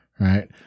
Right